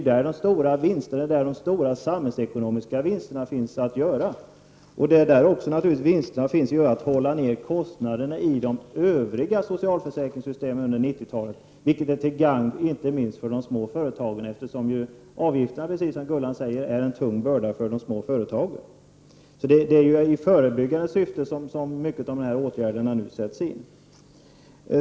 Det är ju där de stora samhällsekonomiska vinsterna finns att göra. Det finns naturligtvis också vinster att göra på att hålla nere kostnaderna i de övriga socialförsäkringssystemen under 90-talet, vilket är till gagn inte minst för de små företagen, eftersom avgifterna, precis som Gullan Lindblad säger, är en tung börda för de små företagen. Så det är mycket i förebyggande syfte som de här åtgärderna sätts in.